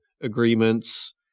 Agreements